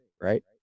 right